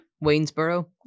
Waynesboro